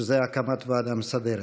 הקמת ועדה מסדרת.